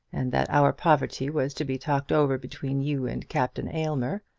and that our poverty was to be talked over between you and captain aylmer,